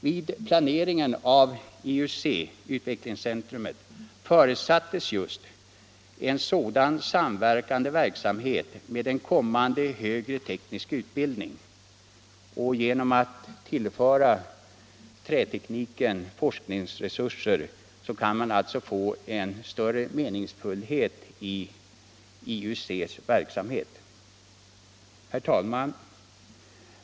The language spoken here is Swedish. Vid planeringen av detta förutsattes just en sådan samverkan med en kommande högre teknisk utbildning. Genom att tillföra trätekniken forskningsresurser kan man göra IUC:s verksamhet mera meningsfull. Herr talman!